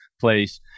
place